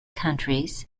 countries